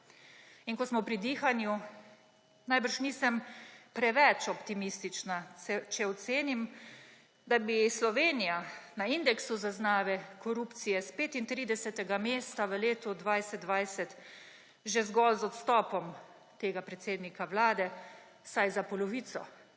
In ko smo pri dihanju, najbrž nisem preveč optimistična, če ocenim, da bi Slovenija na indeksu zaznave korupcije s 35. mesta v letu 2020 že zgolj z odstopom tega predsednika vlade vsaj za polovico